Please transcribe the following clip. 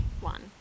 one